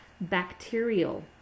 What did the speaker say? bacterial